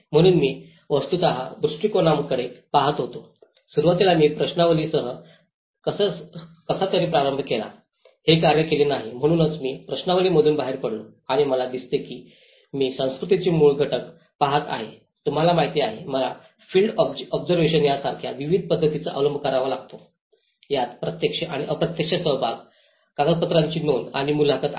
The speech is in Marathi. म्हणून मी वस्तुतः दृष्टिकोनाकडे पहात होतो सुरुवातीला मी प्रश्नावलींसह कसा तरी प्रारंभ केला हे कार्य केले नाही म्हणूनच मी प्रश्नावलींमधून बाहेर पडलो आणि मला दिसते की मी संस्कृतींचे मूळ घटक पहात आहे तुम्हाला माहिती आहे मला फील्ड ऑब्जर्वेशन यासारख्या विविध पद्धतींचा अवलंब करावा लागतो ज्यात प्रत्यक्ष किंवा अप्रत्यक्ष सहभाग कागदपत्रांची नोंद आणि मुलाखत आहे